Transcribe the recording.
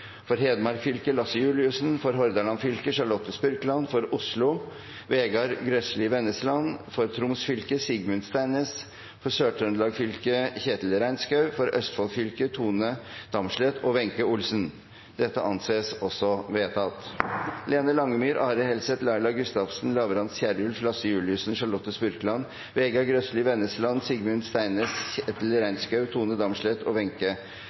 For Hedmark fylke: Lasse Juliussen For Hordaland fylke: Charlotte Spurkeland For Oslo: Vegard Grøslie Wennesland For Troms fylke: Sigmund Steinnes For Sør-Trøndelag fylke: Kjetil Reinskou For Østfold fylke: Tone Damsleth og Wenche Olsen Lene Langemyr, Are Helseth, Laila Gustavsen, Lavrans Kierulf, Lasse Juliussen, Charlotte Spurkeland, Vegard Grøslie Wennesland, Sigmund Steinnes, Kjetil Reinskou, Tone Damsleth og